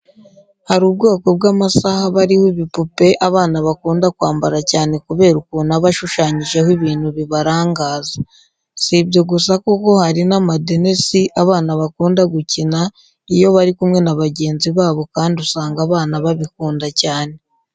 Hari ubwoko bw'amasaha aba ariho ibipupe abana bakunda kwambara cyane kubera ukuntu aba ashushanyijeho ibintu bibarangaza. Si ibyo gusa kuko hari n'amadenesi abana bakunda gukina iyo bari kumwe na bagenzi babo kandi usanga abana babikunda cyane.